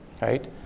right